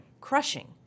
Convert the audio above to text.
Crushing